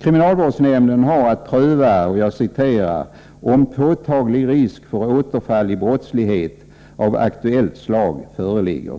Kriminalvårdsnämnden har att pröva om ”påtaglig risk för återfall i brottslighet av aktuellt slag” föreligger.